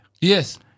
Yes